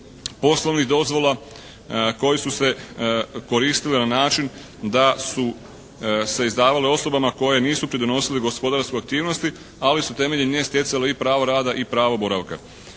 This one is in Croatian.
poslovnih dozvola koje su se koristile na način da su se izdavale osobama koje nisu pridonosile gospodarskoj aktivnosti, ali su temeljem nje stjecale i pravo rada i pravo boravka.